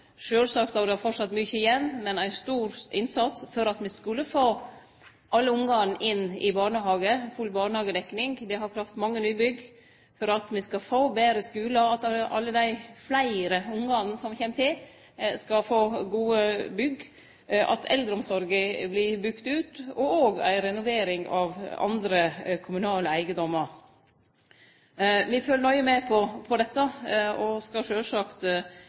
Sjølvsagt står det framleis mykje igjen. Ein stor innsats for at me skulle få alle ungane inn i barnehage, ha full barnehagedekning, har kravd mange nybygg – òg for at me skal få betre skular til alle dei ungane som kjem til, for at me skal få gode bygg, for at eldreomsorga vert bygd ut, og òg når det gjeld renovering av andre kommunale eigedomar. Me følgjer nøye med på dette og skal sjølvsagt